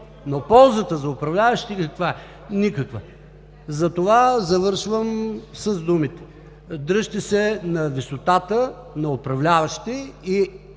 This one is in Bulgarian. но ползата за управляващите каква е – никаква! Затова завършвам с думите: дръжте се на висотата на управляващи и